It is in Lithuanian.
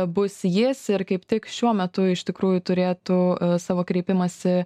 bus jis ir kaip tik šiuo metu iš tikrųjų turėtų savo kreipimąsi